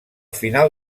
final